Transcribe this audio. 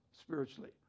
spiritually